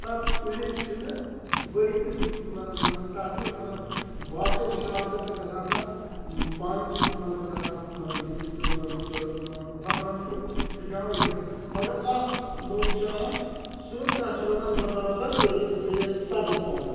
تَتھ کُلِس چھِنہٕ ؤری کِس مطلب تَتھ چھُ مطلب باقٕیَن شاخَن چھِ گژھان تَتھ پَن سُہ چھُ مطلب گژھان مطلب یُتھُے سُہ مطلب سُہ ہۄکھان چھُ سُہ چھُ پیٚوان ؤسِتھ مگر اَکھ لنٛگ چھِ اَتھ سُہ تَتھ چھِ روزان بَرابَر ؤری کِس ؤریَس سَبٕز پَن